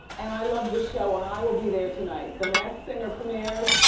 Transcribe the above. and i love the show, and i will be there tonight. the masked singer premieres,